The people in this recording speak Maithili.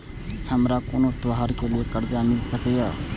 हमारा कोनो त्योहार के लिए कर्जा मिल सकीये?